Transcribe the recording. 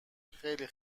خیلی